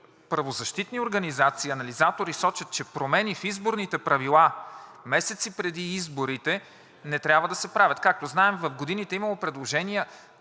правозащитни организации и анализатори сочат, че промени в изборните правила месеци преди изборите не трябва да се правят. Както знаем, в годините е имало предложения